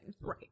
Right